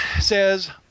says